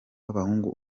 b’abahungu